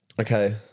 okay